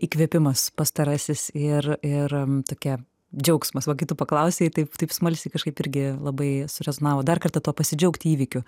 įkvėpimas pastarasis ir ir tokia džiaugsmas va tu paklausei taip taip smalsiai kažkaip irgi labai rezonavo dar kartą tuo pasidžiaugt įvykiu